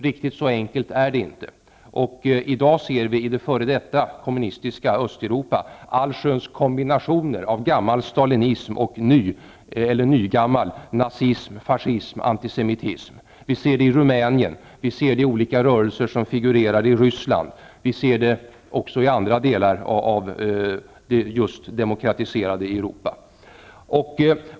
Riktigt så enkelt är det inte, och i dag ser vi i det f.d. kommunistiska Östeuropa allsköns kombinationer av gammal stalinism och ny eller nygammal nazism, fascism och antisemitism. Vi ser det i Rumänien, vi ser det i olika rörelser som figurerar i Ryssland, vi ser det också i andra delar av just det demokratiserade Europa.